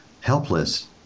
helpless